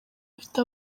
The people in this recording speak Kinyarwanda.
afite